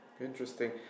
Interesting